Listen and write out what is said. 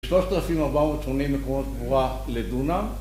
שלושת אלפים ארבע מאות שמונים מקומות קבורה לדונם